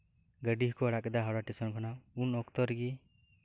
ᱜᱟᱹᱰᱤ ᱦᱚᱠᱚ ᱟᱲᱟᱜ ᱠᱮᱫᱟ ᱦᱟᱣᱲᱟ ᱴᱮᱥᱚᱱ ᱠᱷᱚᱱᱟᱜ ᱩᱱ ᱚᱠᱛᱚ ᱨᱮᱜᱮ